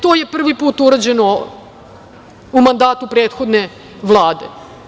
To je prvi put urađeno u mandatu prethodne vlade.